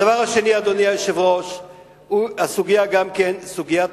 הדבר השני, אדוני היושב-ראש, הוא סוגיית ההסברה.